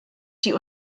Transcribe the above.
die